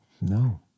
No